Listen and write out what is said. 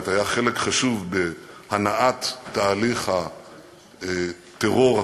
היה חלק חשוב בהנעת תהליך טרור היחידים,